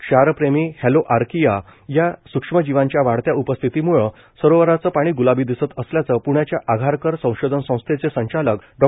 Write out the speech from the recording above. क्षारप्रेमी haloarchaea या सूक्ष्मजीवांच्या वाढत्या उपस्थितीम्ळं सरोवराचं पाणी ग्लाबी दिसत असल्याचं प्ण्याच्या आघारकर संशोधन संस्थेचे संचालक डॉ